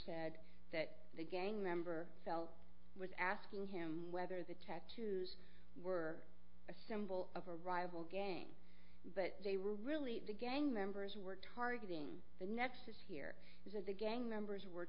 said that the gang member felt was asking him whether the tattoos were a symbol of a rival gang but they were really the gang members were targeting the nexus here isn't the gang members were